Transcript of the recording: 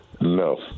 No